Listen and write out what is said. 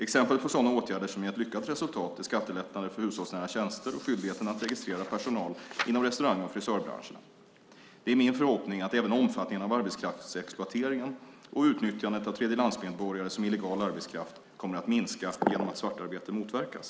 Exempel på sådana åtgärder som gett lyckat resultat är skattelättnader för hushållsnära tjänster och skyldigheten att registrera personal inom restaurang och frisörbranschen. Det är min förhoppning att även omfattningen av arbetskraftsexploateringen, och utnyttjandet av tredjelandsmedborgare som illegal arbetskraft, kommer att minska genom att svartarbete motverkas.